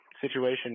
situation